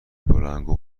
بلندگو